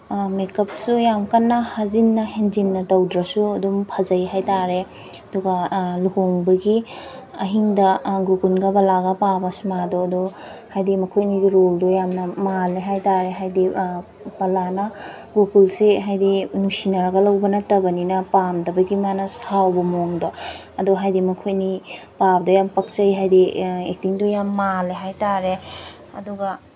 ꯃꯦꯛꯀꯞꯁꯨ ꯌꯥꯝ ꯀꯟꯅ ꯍꯥꯖꯤꯟꯅ ꯍꯦꯟꯖꯤꯟꯅ ꯇꯧꯗ꯭ꯔꯁꯨ ꯑꯗꯨꯝ ꯐꯖꯩ ꯍꯥꯏ ꯇꯥꯔꯦ ꯑꯗꯨꯒ ꯂꯨꯍꯣꯡꯕꯒꯤ ꯑꯍꯤꯡꯗ ꯒꯣꯀꯨꯟꯒ ꯕꯂꯥꯒ ꯄꯥꯕ ꯁꯤꯃꯥꯗꯣ ꯑꯗꯨ ꯍꯥꯏꯗꯤ ꯃꯈꯣꯏꯅꯤꯒꯤ ꯔꯣꯜꯗꯣ ꯌꯥꯝꯅ ꯃꯥꯜꯂꯦ ꯍꯥꯏ ꯇꯥꯔꯦ ꯍꯥꯏꯗꯤ ꯕꯂꯥꯅ ꯒꯣꯀꯨꯟꯁꯦ ꯍꯥꯏꯗꯤ ꯅꯨꯡꯁꯤꯅꯔꯒ ꯂꯧꯕ ꯅꯠꯇꯕꯅꯤꯅ ꯄꯥꯝꯗꯕꯒꯤ ꯃꯥꯅ ꯁꯥꯎꯕ ꯃꯑꯣꯡꯗꯣ ꯑꯗꯨ ꯍꯥꯏꯗꯤ ꯃꯈꯣꯏꯅꯤ ꯄꯥꯕꯗꯣ ꯌꯥꯝ ꯄꯛꯆꯩ ꯍꯥꯏꯗꯤ ꯑꯦꯛꯇꯤꯡꯗꯣ ꯌꯥꯝ ꯃꯥꯜꯂꯦ ꯍꯥꯏ ꯇꯥꯔꯦ ꯑꯗꯨꯒ